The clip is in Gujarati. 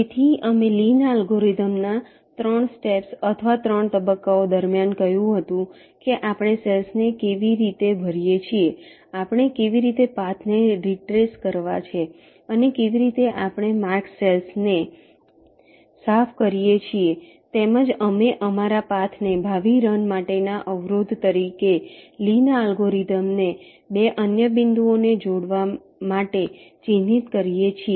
તેથી અમે લીના અલ્ગોરિધમના 3 સ્ટેપ્સ અથવા 3 તબક્કાઓ દરમિયાન કહ્યું હતું કે આપણે સેલ્સ ને કેવી રીતે ભરીએ છે આપણે કેવી રીતે પાથને રીટ્રેસ છે અને કેવી રીતે આપણે માર્ક સેલ્સને સાફ કરીએ છે તેમજ અમે અમારા પાથને ભાવિ રન માટેના અવરોધ તરીકે લીના અલ્ગોરિધમને 2 અન્ય બિંદુઓને જોડવા માટે ચિહ્નિત કરીએ છીએ